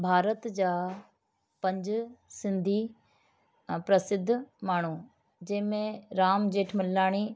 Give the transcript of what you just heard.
भारत जा पंज सिंधी प्रसिद्ध माण्हू जंहिंमें राम जेठमलाणी